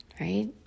right